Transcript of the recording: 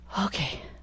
okay